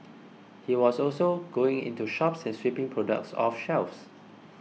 he was also going into shops and sweeping products off shelves